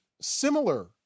similar